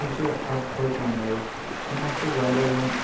یُس یہِ حَبہٕ خٲتون ٲسۍ أمۍ آسہ واریاہ یِم